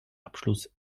abschluss